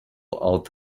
out